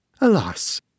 alas